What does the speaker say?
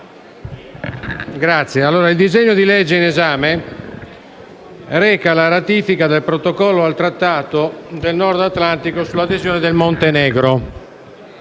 il disegno di legge in esame reca la ratifica del Protocollo al Trattato del Nord Atlantico sull'adesione del Montenegro.